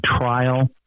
trial